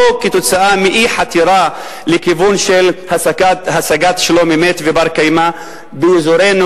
לא בגלל אי-חתירה לכיוון של השגת שלום אמת ובר-קיימא באזורנו,